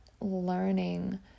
learning